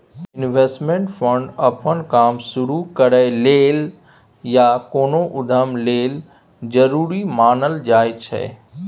investment fund अप्पन काम शुरु करइ लेल या कोनो उद्यम लेल जरूरी मानल जाइ छै